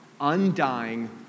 Undying